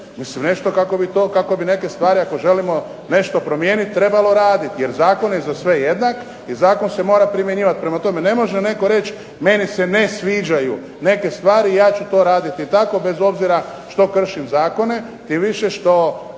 To je nešto kako bi neke stvari, ako želimo nešto promijeniti trebalo raditi, jer zakon je za sve jednak i zakon se mora primjenjivati. Prema tome, ne može netko reći meni se ne sviđaju neke stvari, ja ću to raditi tako bez obzira što ću kršiti zakone, tim više što